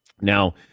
Now